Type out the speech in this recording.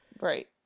Right